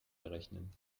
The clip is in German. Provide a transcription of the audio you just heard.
berechnen